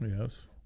Yes